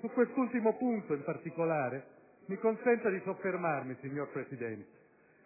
Su quest'ultimo punto in particolare mi consenta di soffermarmi, signor Presidente.